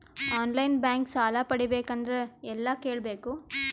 On line bank ಸಾಲ ಪಡಿಬೇಕಂದರ ಎಲ್ಲ ಕೇಳಬೇಕು?